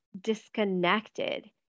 disconnected